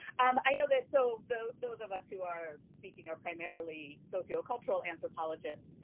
um i know that so those of us who are speaking are primarily sociocultural anthropologists,